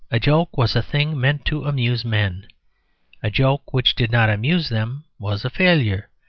a joke was a thing meant to amuse men a joke which did not amuse them was a failure,